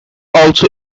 also